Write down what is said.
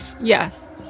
Yes